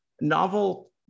novel